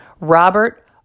Robert